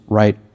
right